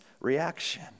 reaction